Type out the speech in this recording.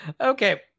Okay